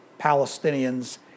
Palestinians